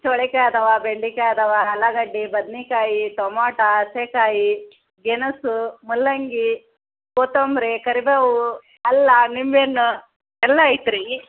ಚೋಳಿಕಾಯಿ ಇದಾವೆ ಬೆಂಡೆಕಾಯ್ ಇದಾವೆ ಆಲೂಗಡ್ಡಿ ಬದ್ನೆಕಾಯಿ ಟೊಮೊಟ ಹಸೆಕಾಯಿ ಗೆಣಸು ಮೂಲಂಗಿ ಕೊತ್ತಂಬರಿ ಕರಿಬೇವು ಅಲ್ಲ ನಿಂಬೆ ಹಣ್ಣು ಎಲ್ಲ ಐತೆ ರೀ